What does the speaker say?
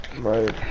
Right